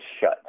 Shut